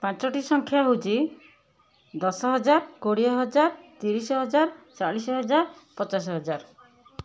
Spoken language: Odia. ପାଞ୍ଚଟି ସଂଖ୍ୟା ହେଉଛି ଦଶ ହଜାର କୋଡ଼ିଏ ହଜାର ତିରିଶ ହଜାର ଚାଳିଶ ହଜାର ପଚାଶ ହଜାର